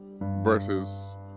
versus